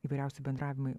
įvairiausi bendravimai